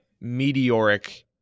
meteoric